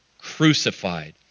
crucified